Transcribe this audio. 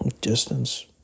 distance